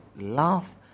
laugh